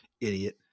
idiot